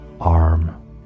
arm